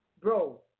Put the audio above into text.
Bro